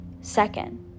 second